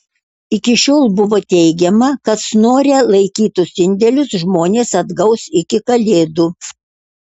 iki šiol buvo teigiama kad snore laikytus indėlius žmonės atgaus iki kalėdų